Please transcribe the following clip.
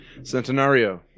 Centenario